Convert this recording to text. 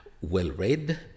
well-read